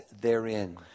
therein